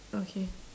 okay